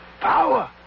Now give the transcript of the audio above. Power